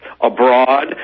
abroad